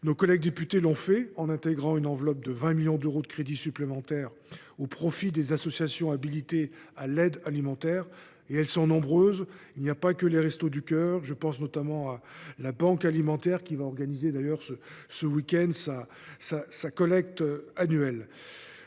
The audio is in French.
Nos collègues députés l’ont fait, en intégrant au texte une enveloppe de 20 millions d’euros de crédits supplémentaires au profit des associations habilitées à délivrer de l’aide alimentaire – elles sont nombreuses et ne se limitent pas aux Restos du cœur ; je pense notamment à la Banque alimentaire, qui organisera d’ailleurs, ce week end, sa collecte annuelle.